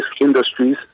industries